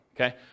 okay